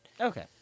Okay